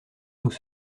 nous